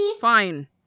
Fine